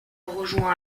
rejoint